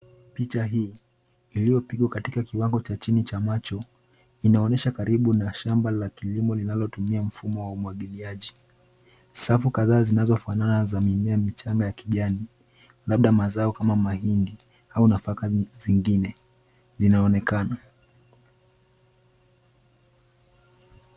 Picha hii iliyopigwa katika kiwango cha chini cha macho, inaonyesha karibu na shamba la kilimo linalotumia mfumo wa umwagiliaji. Safu kadhaa zinazofanana za mimea michanga ya kijani, labda mazao kama mahindi au nafaka zingine zinaonekana.